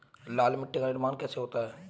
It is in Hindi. लाल मिट्टी का निर्माण कैसे होता है?